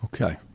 Okay